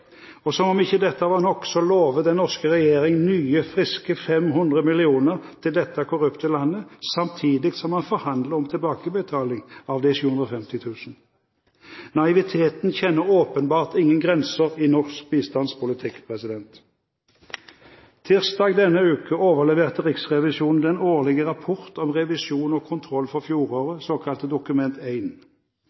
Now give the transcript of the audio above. kr! Som om ikke dette var nok, lover den norske regjering nye friske 500 mill. kr til dette korrupte landet, samtidig som man forhandler om tilbakebetaling av de 750 000 kr. Naiviteten kjenner åpenbart ingen grenser i norsk bistandspolitikk. Tirsdag denne uken overleverte Riksrevisjonen den årlige rapporten om revisjon og kontroll for fjoråret, det såkalte Dokument 1. Riksrevisjonen har nok en